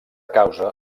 causa